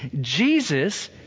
Jesus